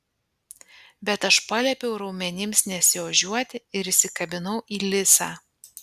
bet aš paliepiau raumenims nesiožiuoti ir įsikabinau į lisą